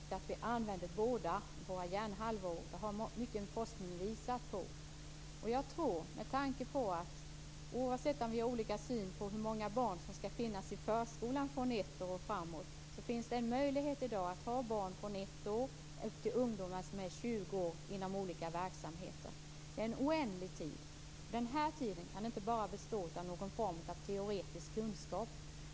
Fru talman! Det är oerhört viktigt att vi använder båda våra hjärnhalvor. Det har mycken forskning visat. Bortsett från att vi har olika syn på hur många barn som skall finnas i förskolan, från ett års ålder och uppåt, finns det i dag möjlighet att ha barn från 1 års ålder och upp till 20 års ålder i olika verksamheter. Det är en oändligt lång tid. Den tiden kan inte bara fyllas upp av någon form av teoretisk kunskap.